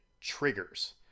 triggers